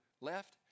left